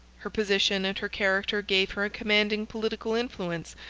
her position and her character gave her a commanding political influence,